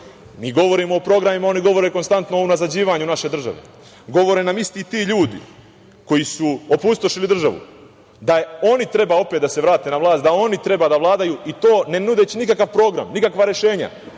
govorimo o programima, oni govore konstantno o unazađivanju naše države. Govore nam isti ti ljudi koji su opustošili državu, da oni opet treba da se vrate na vlast, da oni treba da vladaju i to ne nudeći nikakav program, nikakva rešenja,